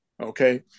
okay